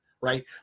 right